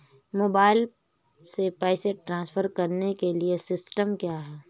Mobile से पैसे transfer करने के लिए सिस्टम क्या है?